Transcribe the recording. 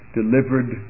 delivered